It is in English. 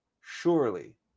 surely